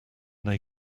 they